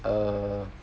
err